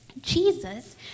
Jesus